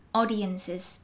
audiences